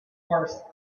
worse